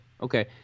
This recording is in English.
okay